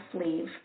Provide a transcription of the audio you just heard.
sleeve